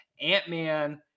ant-man